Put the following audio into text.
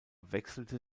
wechselte